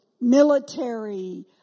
military